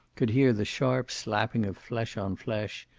could hear the sharp slapping of flesh on flesh,